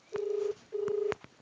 किसान लोंन कितने तक मिल सकता है?